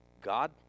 God